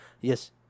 yes